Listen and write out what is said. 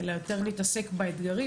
יותר נתעסק באתגרים.